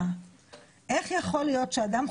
כמו שאמרתי,